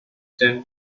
tend